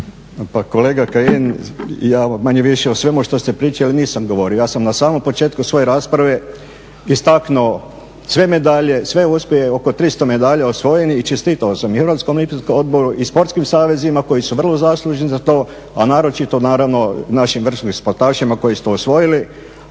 Pa kolega Kajin ja manje-više o svemu što ste pričali nisam govorio. Ja sam na samom početku svoje rasprave istaknuo sve medalje, sve uspjehe, oko 300 medalja osvojenih. I čestitao sam i Hrvatskom olimpijskom odboru i sportskim savezima koji su vrlo zaslužni za to a naročito naravno našim vrsnim sportašima koji su to osvojili.